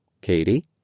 Katie